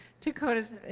Dakota's